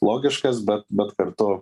logiškas bet bet kartu